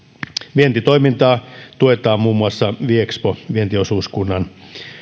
vientitoimintaa tuetaan muun muassa viexpo vientiosuuskunnan